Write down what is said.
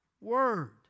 Word